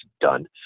done